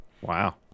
Wow